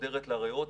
חודרת לריאות,